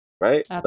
right